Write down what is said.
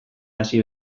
hasi